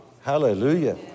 Hallelujah